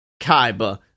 Kaiba